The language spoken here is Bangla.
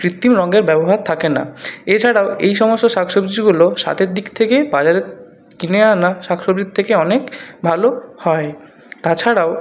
কৃত্রিম রঙের ব্যবহার থাকে না এছাড়াও এই সমস্ত শাকসবজিগুলো স্বাদের দিক থেকে বাজারের কিনে আনা শাকসবজির থেকে অনেক ভালো হয় তাছাড়াও